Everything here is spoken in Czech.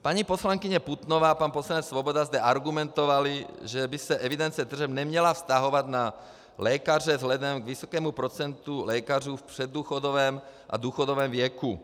Paní poslankyně Putnová a pan poslanec Svoboda zde argumentovali, že by se evidence tržeb neměla vztahovat na lékaře vzhledem k vysokému procentu lékařů v předdůchodovém a důchodovém věku.